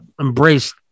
embraced